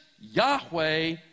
Yahweh